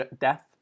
death